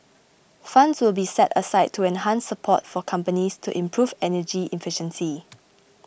funds will be set aside to enhance support for companies to improve energy efficiency